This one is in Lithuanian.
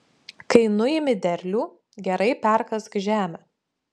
kai nuimi derlių gerai perkask žemę